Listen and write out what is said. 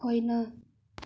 होइन